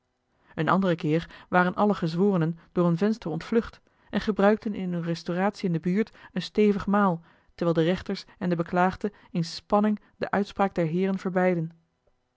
een anderen keer waren alle gezworenen door een venster ontvlucht en gebruikten in eene restauratie in de buurt een stevig maal terwijl de rechters en de beklaagde in spanning de uitspraak der heeren verbeidden